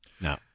No